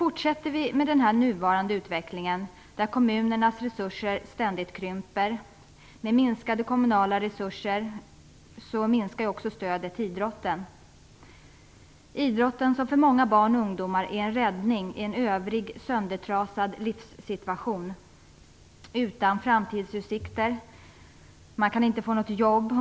Fortsätter vi med nuvarande utveckling, där kommunernas resurser ständigt krymper, så minskar också stödet till idrotten. Idrotten är för många barn och ungdomar en räddning i en i övrigt söndertrasad livssituation där framtidsutsikter saknas. Man kan inte få jobb.